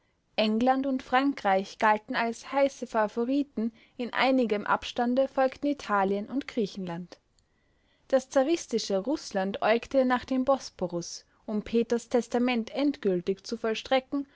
england und frankreich galten als heiße favoriten in einigem abstande folgten italien und griechenland das zaristische rußland äugte nach dem bosporus um peters testament endgültig zu vollstrecken